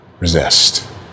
resist